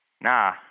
nah